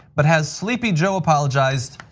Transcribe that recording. but has sleepy joe apologized?